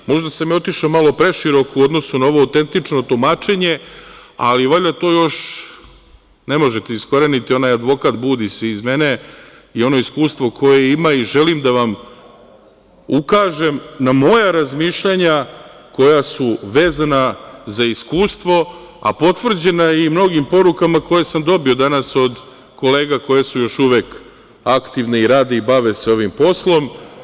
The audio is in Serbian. Možda sam ja otišao malo preširoko u odnosu na ovo autentično tumačenje, ali valjda to još ne možete iskoreniti, onaj advokat budi se iz mene i ono iskustvo koje imam i želim da vam ukažem na moja razmišljanja koja su vezana za iskustvo, a potvrđena je i mnogim porukama koje sam dobio danas od kolega koje su još uvek aktivne i rade i bave se ovim poslom.